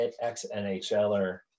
ex-NHLer